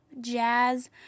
jazz